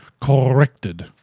corrected